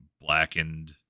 blackened